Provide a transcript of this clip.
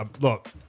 look